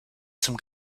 zum